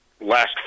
last